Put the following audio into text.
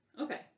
okay